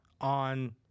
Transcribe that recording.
on